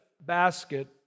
basket